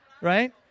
right